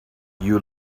you